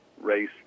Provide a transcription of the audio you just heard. race